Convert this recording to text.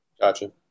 Gotcha